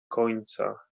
końca